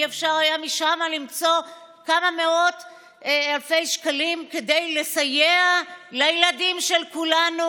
אי-אפשר היה משם למצוא כמה מאות אלפי שקלים כדי לסייע לילדים של כולנו?